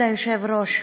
כבוד היושב-ראש,